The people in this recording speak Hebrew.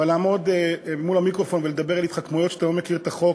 אבל לעמוד מול המיקרופון ולדבר על התחמקויות כשאתה לא מכיר את החוק,